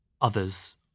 Others